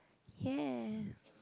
ya